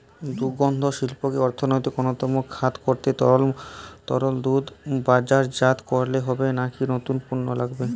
দুগ্ধশিল্পকে অর্থনীতির অন্যতম খাত করতে তরল দুধ বাজারজাত করলেই হবে নাকি নতুন পণ্য লাগবে?